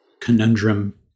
conundrum